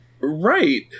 Right